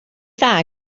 dda